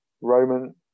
Roman